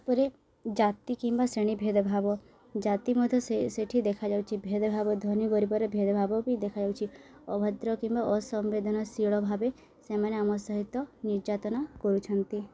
ତା'ପରେ ଜାତି କିମ୍ବା ଶ୍ରେଣୀ ଭେଦଭାବ ଜାତି ମଧ୍ୟ ସେ ସେଠି ଦେଖାଯାଉଛି ଭେଦଭାବ ଧ୍ଵନି ଗରିବରେ ଭେଦଭାବ ବି ଦେଖାଯାଉଛିି ଅଭଦ୍ର କିମ୍ବା ଅସମ୍ବେଧନଶୀଳ ଭାବେ ସେମାନେ ଆମ ସହିତ ନିର୍ଯାତନା କରୁଛନ୍ତି